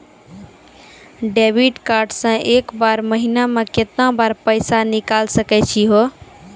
Debit card से एक महीना मा केतना बार पैसा निकल सकै छि हो?